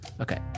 Okay